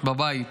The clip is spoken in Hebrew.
בבית